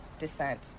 descent